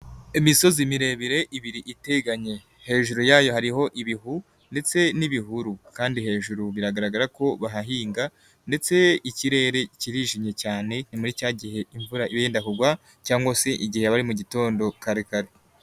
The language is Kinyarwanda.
Imisozi miremire ibiri iteganye hejuru yayo hariho ibihu ndetse n'ibihuru kandi hejuru biragaragara ko bahahinga ndetse ikirere kirijimye cyane ni imuri cya gihe imvura iba yenda kugwa cyangwa se igihe aba ari mu gitondo kare kare.